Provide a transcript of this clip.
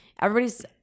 everybody's